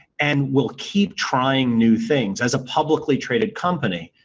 and will keep trying new things, as a publicly traded company,